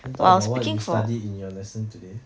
can talk about what you studied in your lesson today